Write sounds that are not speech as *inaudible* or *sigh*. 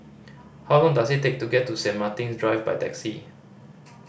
how long does it take to get to Saint Martin's Drive by taxi *noise*